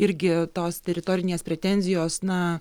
irgi tos teritorinės pretenzijos na